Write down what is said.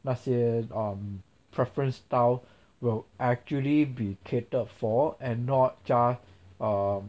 那些 um preference style will actually be catered for and not just um